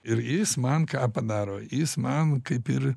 ir jis man ką padaro jis man kaip ir